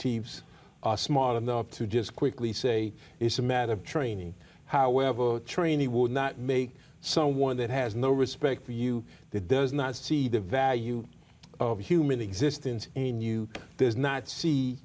chiefs are smart enough to just quickly say it's a matter of training however trained he would not make someone that has no respect for you that does not see the value of human existence in you does not see